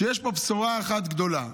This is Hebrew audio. שיש פה בשורה אחת גדולה.